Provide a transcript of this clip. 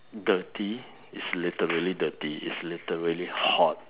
dirty it's literally dirty it's literally hot